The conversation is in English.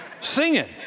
singing